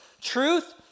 Truth